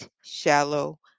shallow